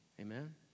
Amen